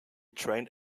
trained